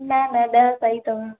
न न ॾह सही अथव